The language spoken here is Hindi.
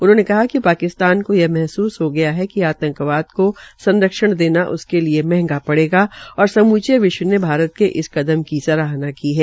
उन्होंने कहा कि पाकिस्तान को यह महसूस हो गया हो गया कि आतंकवाद को संरक्षण देना उसके लिये मंहगा पड़ेगा और समूचे विश्व ने भारत के इस कदम की सराहना की है